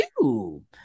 two